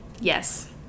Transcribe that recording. yes